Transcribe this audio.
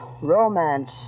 romance